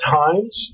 times